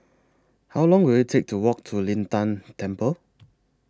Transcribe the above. How Long Will IT Take to Walk to Lin Tan Temple